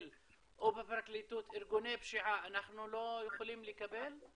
או בפרקליטות כארגוני פשיעה אנחנו לא יכולים לקבל?